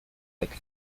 like